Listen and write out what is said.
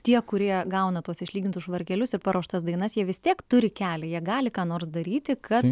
tie kurie gauna tuos išlygintus švarkelius ir paruoštas dainas jie vis tiek turi kelyje gali ką nors daryti kad